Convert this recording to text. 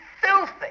filthy